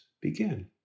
begin